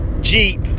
Jeep